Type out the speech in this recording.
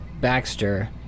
Baxter